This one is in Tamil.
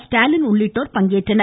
ஸ்டாலின் உள்ளிட்டோர் பங்கேற்றனர்